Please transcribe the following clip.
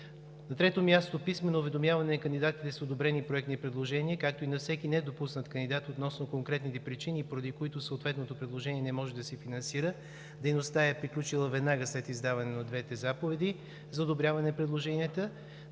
На трето място, писмено уведомяване на кандидатите с одобрени проектни предложения, както и на всеки недопуснат кандидат относно конкретните причини, поради които съответното предложение не може да се финансира, дейността е приключила веднага след издаване на двете заповеди за одобряване на предложенията.